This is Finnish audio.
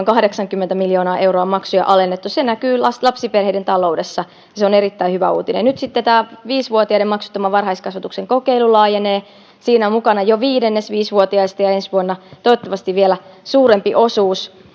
kahdeksankymmentä miljoonaa euroa on maksuja alennettu se näkyy lapsiperheiden taloudessa ja se on erittäin hyvä uutinen nyt tämä viisivuotiaiden maksuttoman varhaiskasvatuksen kokeilu laajenee siinä on mukana jo viidennes viisivuotiaista ja ensi vuonna toivottavasti vielä suurempi osuus